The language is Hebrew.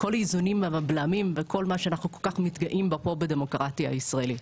כל האיזונים והבלמים שאנחנו כל כך מתגאים בו פה בדמוקרטיה הישראלית.